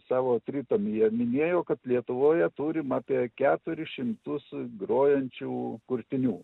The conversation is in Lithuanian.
savo tritomyje minėjo kad lietuvoje turim apie keturis šimtus grojančių kurtinių